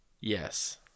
yes